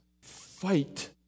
fight